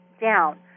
down